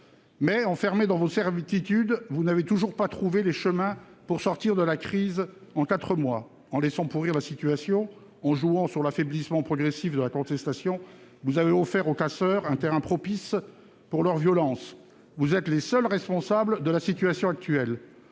Mais, enfermés dans vos certitudes, vous n'avez toujours pas trouvé les chemins pour sortir de la crise en quatre mois. En laissant pourrir la situation, en jouant sur l'affaiblissement progressif de la contestation, vous avez offert aux casseurs un terrain propice pour leur violence. Vous êtes les seuls responsables de la situation actuelle.